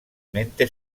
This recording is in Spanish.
mente